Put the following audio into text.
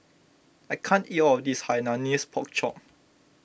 I can't eat all of this Hainanese Pork Chop